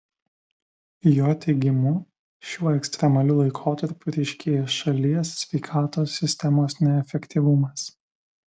jo teigimu šiuo ekstremaliu laikotarpiu ryškėja šalies sveikatos sistemos neefektyvumas